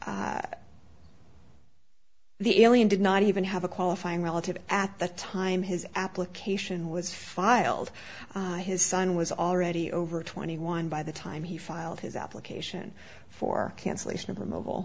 case the alien did not even have a qualifying relative at the time his application was filed his son was already over twenty one by the time he filed his application for cancellation of a